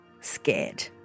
scared